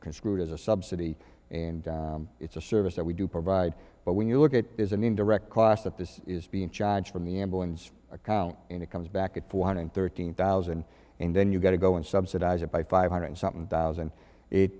construed as a subsidy and it's a service that we do provide but when you look at is an indirect cost that this is being charge from the ambulance account and it comes back at four hundred thirteen thousand and then you've got to go and subsidize it by five hundred something thousand